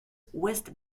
west